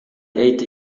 ate